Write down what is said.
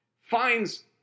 finds